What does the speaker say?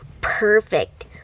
Perfect